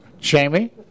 Jamie